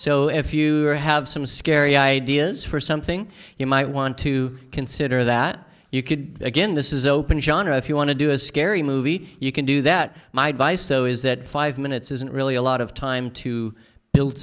so if you are have some scary ideas for something you might want to consider that you could again this is open genre if you want to do a scary movie you can do that might buy so is that five minutes isn't really a lot of time to build